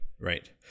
Right